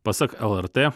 pasak lrt